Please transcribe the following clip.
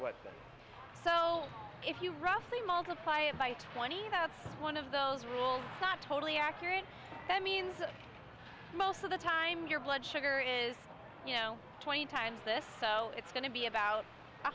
what so if you roughly multiply it by twenty votes one of those rules not totally accurate that means most of the time your blood sugar is you know twenty times this so it's going to be about